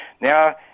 Now